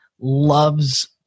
loves